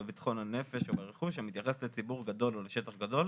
בביטחון הנפש או ברכוש המתייחס לציבור גדול או לשטח גדול,